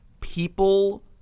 people